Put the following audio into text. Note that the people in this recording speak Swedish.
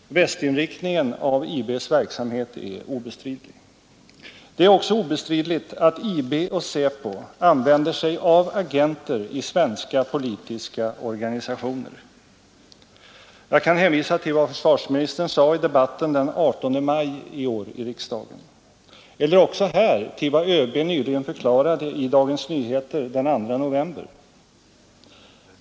Västinriktningen av IB:s verksamhet är obestridlig. Det är också obestridligt att IB och SÄPO använder sig av agenter i svenska politiska organisationer. Jag kan hänvisa till vad försvarsministern sade i debatten i riksdagen den 18 maj i år. Eller också kan jag hänvisa till vad ÖB förklarat i DN den 2 november.